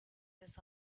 this